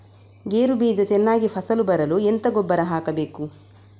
ಗೇರು ಬೀಜ ಚೆನ್ನಾಗಿ ಫಸಲು ಬರಲು ಎಂತ ಗೊಬ್ಬರ ಹಾಕಬೇಕು?